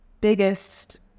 biggest